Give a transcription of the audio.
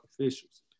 officials